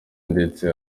ndetse